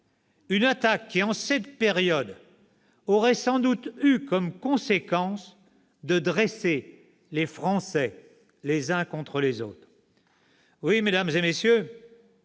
telle attaque, laquelle, en cette période, aurait sans doute eu pour conséquence de dresser les Français les uns contre les autres.